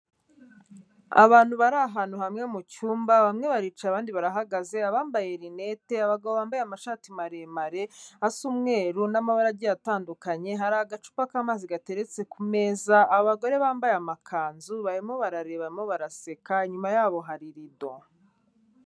Abantu bari ahantu hamwe mu cyumba, bamwe baricaye abandi barahagaze, abambaye rineti, abagabo bambaye amashati maremare asa umweru n'amabara agiye atandukanye, hari agacupa k'amazi gateretse ku meza, abagore bambaye amakanzu barimo barareba, barimo baraseka, inyuma yabo hari rido.